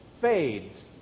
fades